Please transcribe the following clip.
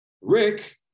rick